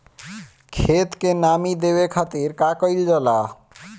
खेत के नामी देवे खातिर का कइल जाला?